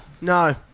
No